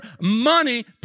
money